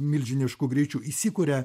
milžinišku greičiu įsikuria